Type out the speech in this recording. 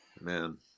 Man